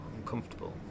uncomfortable